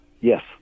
Yes